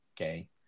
okay